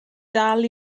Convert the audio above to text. dal